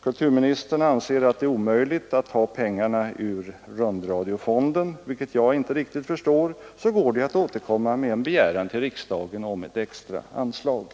kulturministern anser att det är omöjligt att ta pengarna ur rundradiofonden, vilket jag inte riktigt förstår, går det att återkomma till riksdagen med en begäran om ett extra anslag.